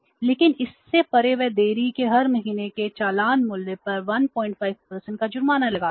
लेकिन इससे परे वे देरी के हर महीने के चालान मूल्य पर 15 का जुर्माना लगाते हैं